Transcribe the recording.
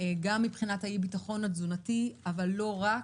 גם מבחינת אי-הביטחון התזונתי, אבל לא רק.